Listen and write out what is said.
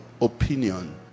opinion